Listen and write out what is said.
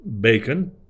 bacon